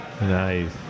Nice